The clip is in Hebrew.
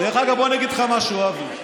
דרך אגב, בוא אני אגיד לך משהו, אבי: